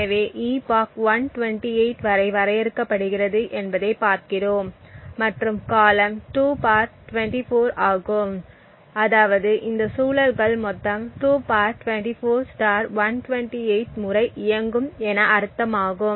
எனவே epoch 128 வரை வரையறுக்கப்படுகிறது என்பதைப் பார்க்கிறோம் மற்றும் காலம் 2 24 ஆகும் அதாவது இந்த சுழல்கள் மொத்தம் 2 24 128 முறை இயங்கும் என அர்த்தமாகும்